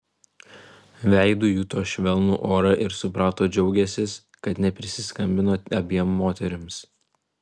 veidu juto švelnų orą ir suprato džiaugiąsis kad neprisiskambino abiem moterims